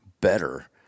better